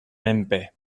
menpe